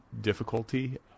difficulty